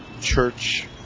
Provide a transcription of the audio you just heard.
Church